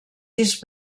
disc